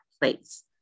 place